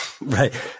Right